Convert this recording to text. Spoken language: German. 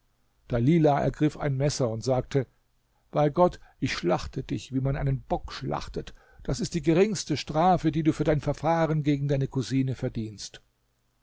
dalila ergriff ein messer und sagte bei gott ich schlachte dich wie man einen bock schlachtet das ist die geringste strafe die du für dein verfahren gegen deine cousine verdienst